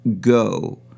go